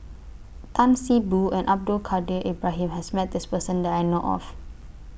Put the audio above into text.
Tan See Boo and Abdul Kadir Ibrahim has Met This Person that I know of